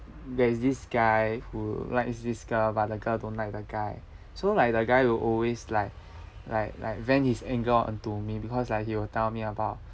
where this guy who likes this girl but the girl don't like the guy so like the guy will always like like like vent his anger onto me because like he will tell me about